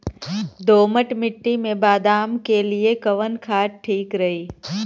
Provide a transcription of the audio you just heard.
दोमट मिट्टी मे बादाम के लिए कवन खाद ठीक रही?